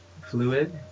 Fluid